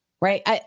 right